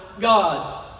God